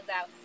out